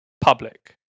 public